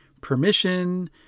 permission